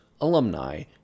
alumni